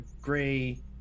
Gray